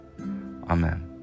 Amen